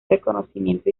reconocimiento